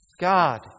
God